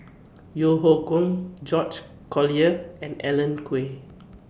Yeo Hoe Koon George Collyer and Alan Oei